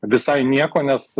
visai nieko nes